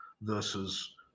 versus